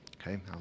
Okay